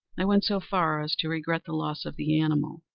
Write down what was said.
i went so far as to regret the loss of the animal,